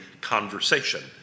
conversation